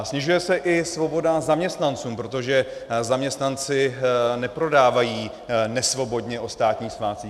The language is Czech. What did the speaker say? Snižuje se i svoboda zaměstnancům, protože zaměstnanci neprodávají nesvobodně o státních svátcích.